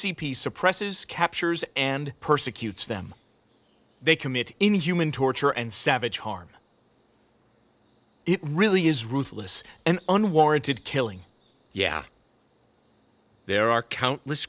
c p suppresses captures and persecutes them they commit inhuman torture and savage harm it really is ruthless and unwarranted killing yeah there are countless